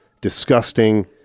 disgusting